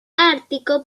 ártico